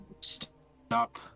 stop